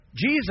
Jesus